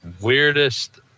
weirdest